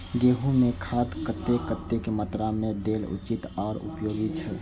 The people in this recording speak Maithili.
गेंहू में खाद कतेक कतेक मात्रा में देल उचित आर उपयोगी छै?